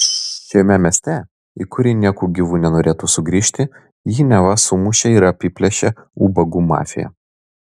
šiame mieste į kurį nieku gyvu nenorėtų sugrįžti jį neva sumušė ir apiplėšė ubagų mafija